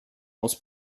aus